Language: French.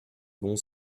bon